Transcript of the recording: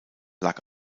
lag